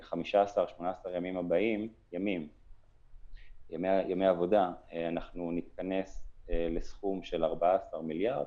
18-15 ימי העבודה הבאים נתכנס לסכום של 14 מיליארד